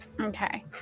Okay